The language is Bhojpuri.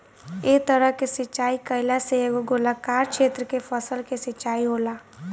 एह तरह के सिचाई कईला से एगो गोलाकार क्षेत्र के फसल के सिंचाई होला